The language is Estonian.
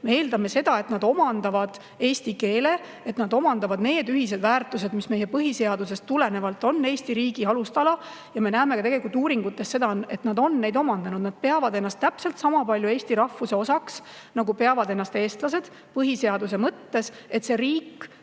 Me eeldame seda, et nad omandavad eesti keele, et nad omandavad need ühised väärtused, mis meie põhiseadusest tulenevalt on Eesti riigi alustala. Ja me näeme tegelikult ka uuringutest seda, et nad on need omandanud, nad peavad ennast täpselt sama palju Eesti [rahva] osaks, nagu peavad ennast eestlased põhiseaduse mõttes. See riik,